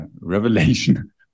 revelation